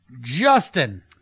Justin